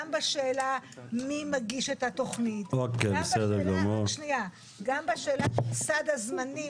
בשאלה מי מגיש את התכנית וגם בשאלת סד הזמנים